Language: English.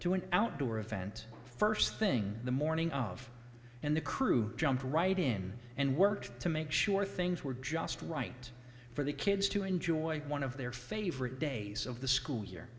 an outdoor event first thing the morning of and the crew jumped right in and worked to make sure things were just right for the kids to enjoy one of their favorite days of the school year